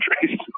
countries